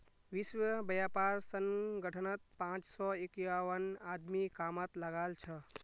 विश्व व्यापार संगठनत पांच सौ इक्यावन आदमी कामत लागल छ